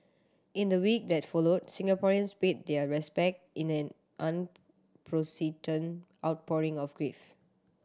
in the week that followed Singaporeans paid their respect in an unprecedented outpouring of grief